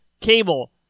cable